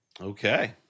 Okay